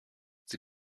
sie